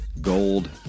gold